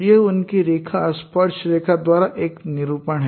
यह उनकी रेखा स्पर्शरेखा द्वारा एक निरूपण है